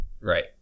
Right